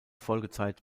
folgezeit